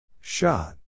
Shot